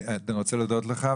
רוצה להודות לך,